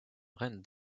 reine